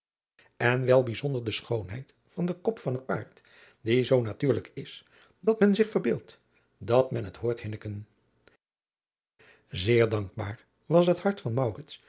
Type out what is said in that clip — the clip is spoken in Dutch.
en wel bijzonder de schoonheid van den kop van het paard die zoo natuurlijk is dat men zich verbeeldt dat men het hoort hinniken zeer dankbaar was het hart van